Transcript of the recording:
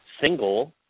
single